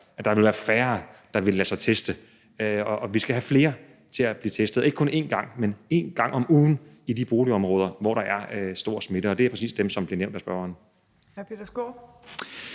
at der ville være færre, der ville lade sig teste, og vi skal have flere til at blive testet – ikke kun én gang, men en gang om ugen i de boligområder, hvor der er stor smitte, og det er præcis dem, som bliver nævnt af spørgeren.